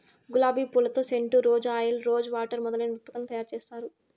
గులాబి పూలతో scent, rose oil, rose water మొదలైన ఉత్పత్తులను తయారు చేత్తారు